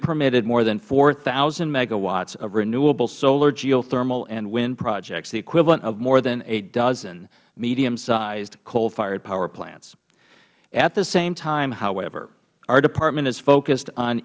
permitted more than four thousand megawatts of renewable solar geothermal and wind projects the equivalent of more than a dozen mediumsized coalfired power plants at the same time however our department is focused on